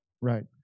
Right